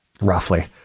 Roughly